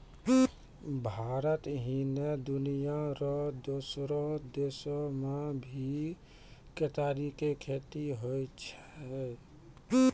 भारत ही नै, दुनिया रो दोसरो देसो मॅ भी केतारी के खेती होय छै